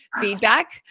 feedback